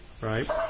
right